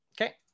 Okay